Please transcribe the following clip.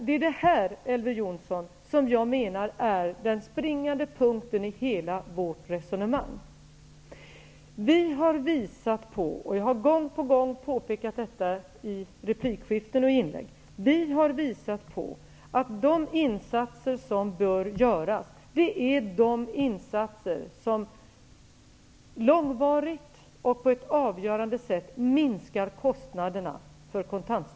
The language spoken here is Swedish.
Det är det här, Elver Jonsson, som jag menar är den springande punkten i hela vårt resonemang. Vi har visat på -- jag har gång på gång påpekat detta i mina inlägg och i replikskiften -- att de insatser som bör göras är insatser som långvarigt och på ett avgörande sätt minskar kostnaderna för kontantstödet.